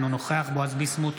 אינו נוכח בועז ביסמוט,